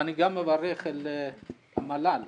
אני גם מברך את ראש המל"ל על